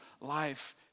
life